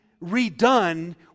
redone